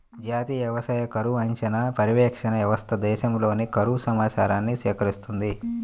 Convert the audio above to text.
జాతీయ వ్యవసాయ కరువు అంచనా, పర్యవేక్షణ వ్యవస్థ దేశంలోని కరువు సమాచారాన్ని సేకరిస్తుంది